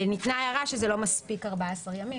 ניתנה הערה שזה לא מספיק, 14 יום.